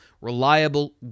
reliable